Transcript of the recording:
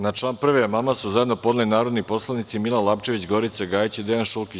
Na član 1. amandman su zajedno podneli narodni poslanici Milan Lapčević, Gorica Gajić i Dejan Šulkić.